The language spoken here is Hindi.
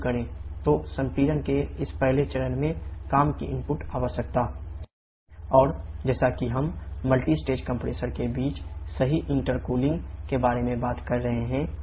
तो संपीड़न के इस पहले चरण में काम की इनपुट आवश्यकता 𝑊𝑐 𝑐𝑝𝑎 और जैसा कि हम मल्टीस्टेज कंप्रेसर का काम या यह सिर्फ दो बार होना चाहिए